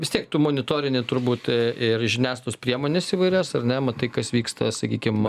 bvis tiek tu monitorini turbūt ir žiniasklaidos priemones įvairias ar ne matai kas vyksta sakykim